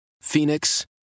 Phoenix